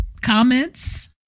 Comments